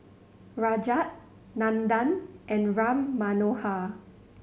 Rajat Nandan and Ram Manohar